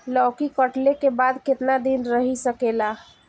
लौकी कटले के बाद केतना दिन रही सकेला?